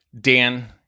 Dan